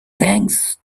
thanks